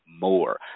more